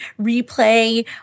replay